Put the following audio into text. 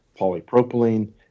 polypropylene